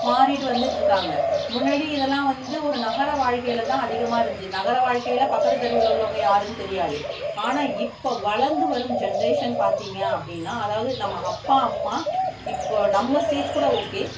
மாறிட்டு வந்துட்டுருக்காங்க முன்னாடி இதெல்லாம் வந்து ஒரு நகர வாழ்க்கையில் தான் அதிகமாக இருந்துச்சு நகர வாழ்க்கையில் பக்கத்து தெருவில் உள்ளவங்க யாருன்னு தெரியாது ஆனால் இப்போ வளர்ந்து வரும் ஜென்ரேஷன் பார்த்தீங்க அப்படினா அதாவது நம்ம அப்பா அம்மா இப்போ நம்ம ஸ்டேஜ் கூட ஓகே